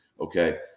okay